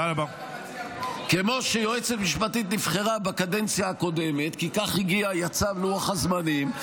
כמו שיועצת משפטית נבחרה בקדנציה הקודמת כי כך יצא לוח הזמנים,